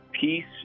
peace